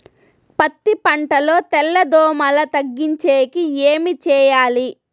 పత్తి పంటలో తెల్ల దోమల తగ్గించేకి ఏమి చేయాలి?